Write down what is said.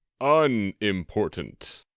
unimportant